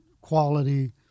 quality